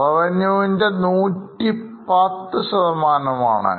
Revenue ൻറെ 110 ആണ്